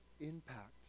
impact